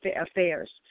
affairs